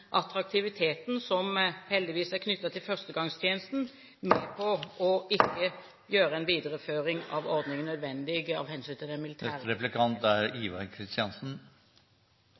attraktiviteten som heldigvis er knyttet til førstegangstjenesten, med på ikke å gjøre en videreføring av ordningen nødvendig av hensyn til